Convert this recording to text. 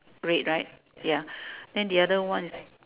red right ya then the other one